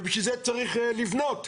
ובשביל זה צריך לבנות.